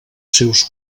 seus